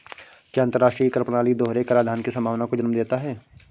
क्या अंतर्राष्ट्रीय कर प्रणाली दोहरे कराधान की संभावना को जन्म देता है?